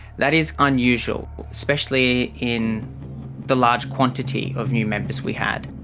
that is unusual especially in the large quantity of new members we had.